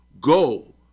Go